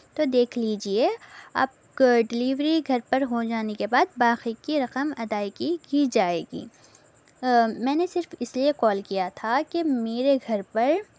تو دیکھ لیجئے آپ کو ڈلیوری گھر پر ہو جانے کے بعد باقی کی رقم ادائیگی کی جائے گی میں نے صرف اس لئے کال کیا تھا کہ میرے گھر پر